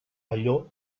allò